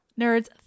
nerds